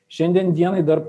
šiandien dienai dar